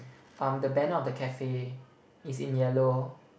um the banner of the cafe is in yellow